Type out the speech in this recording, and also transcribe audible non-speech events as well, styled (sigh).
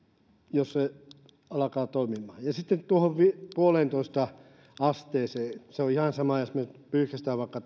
alkavat toimimaan ja sitten tuohon yhteen pilkku viiteen asteeseen se on ihan sama jos me vaikka (unintelligible)